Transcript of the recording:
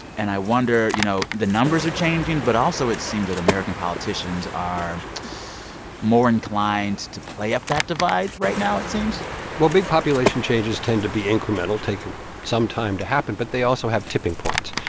and i wonder, you know the numbers are changing. but also, it seems that american politicians are more inclined to play up that divide right now, it seems well, big population changes tend to be incremental, take some time to happen. but they also have tipping points.